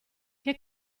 che